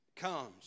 comes